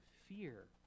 fear